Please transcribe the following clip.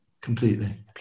completely